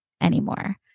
anymore